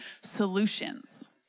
solutions